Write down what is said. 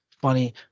funny